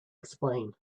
explain